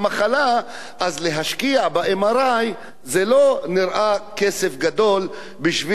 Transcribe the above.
אז להשקיע ב-MRI זה לא נראה כסף גדול בשביל המערכת,